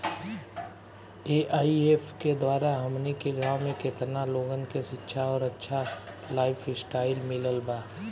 AIF के द्वारा हमनी के गांव में केतना लोगन के शिक्षा और अच्छा लाइफस्टाइल मिलल बा